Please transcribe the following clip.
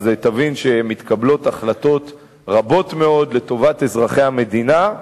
תבין שמתקבלות החלטות רבות מאוד לטובת אזרחי המדינה.